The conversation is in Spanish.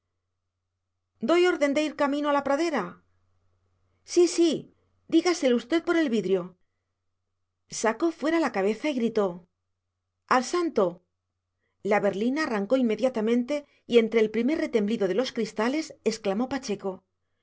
doy orden de ir camino de la pradera sí sí dígaselo usted por el vidrio sacó fuera la cabeza y gritó al santo la berlina arrancó inmediatamente y entre el primer retemblido de los cristales exclamó pacheco